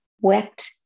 wet